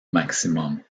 maximum